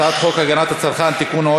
הצעת חוק הגנת הצרכן (תיקון,